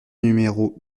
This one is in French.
numéro